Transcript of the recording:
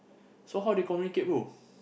so how they communicate brother